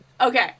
Okay